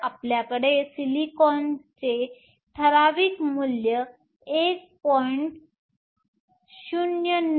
तर आपल्याकडे सिलिकॉनचे ठराविक मूल्य 1